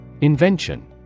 Invention